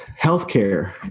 healthcare